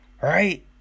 Right